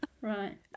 right